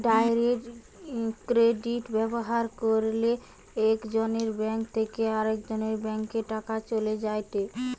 direct credit ব্যবহার কইরলে একজনের ব্যাঙ্ক থেকে আরেকজনের ব্যাংকে টাকা চলে যায়েটে